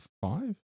five